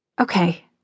Okay